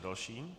Další.